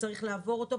שצריך לעבור אותו.